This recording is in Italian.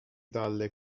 dalle